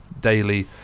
daily